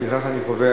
לפיכך, אני קובע